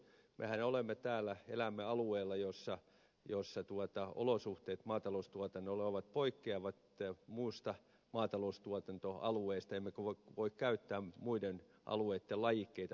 mehän elämme täällä alueella jossa olosuhteet maataloustuotannolle ovat poikkeavat muusta maataloustuotantoalueesta emmekä voi käyttää muiden alueitten lajikkeita